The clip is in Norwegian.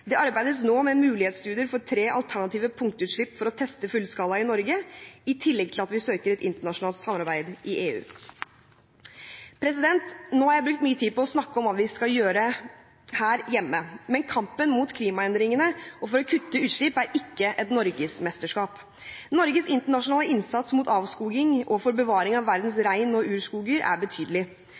Det arbeides nå med mulighetsstudier for tre alternative punktutslipp for å teste fullskala i Norge, i tillegg til at vi søker et internasjonalt samarbeid i EU. Nå har jeg brukt mye tid på å snakke om hva vi skal gjøre her hjemme, men kampen mot klimaendringene og for å kutte utslipp er ikke et norgesmesterskap. Norges internasjonale innsats mot avskoging og for bevaring av verdens regn- og urskoger er betydelig.